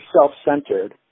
self-centered